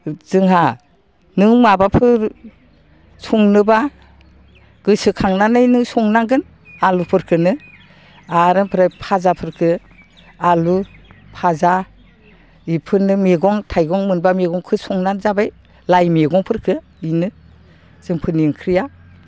जोंहा नों माबाफोर संनोबा गोसोखांनानै नों संनागोन आलुफोरखौनो आरो ओमफ्राय फाजाफोरखौ आलु फाजा बिफोरनो मैगं थाइगं मोनबा मैगंखौ संनानै जाबाय लाइ मैगंफोरखौ बेनो जोंफोरनि ओंख्रिया